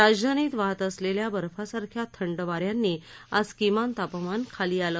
राजधानीत वाहत असलेल्या बर्फासारख्या थंड वार्यांनी आज किमान तपमान खाली आलं